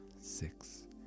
six